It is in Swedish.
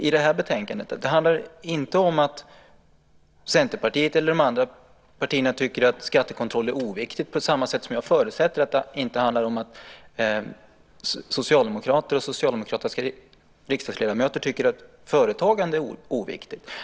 I betänkandet handlar det inte om att Centerpartiet eller de andra partierna tycker att skattekontroll är oviktigt, på samma sätt som jag förutsätter att det inte handlar om att socialdemokrater och socialdemokratiska riksdagsledamöter tycker att företagande är oviktigt.